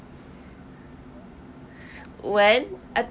when I